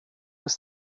ist